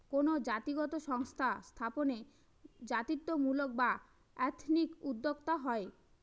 কোনো জাতিগত সংস্থা স্থাপনে জাতিত্বমূলক বা এথনিক উদ্যোক্তা হয়